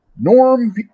Norm